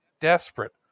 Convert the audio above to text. desperate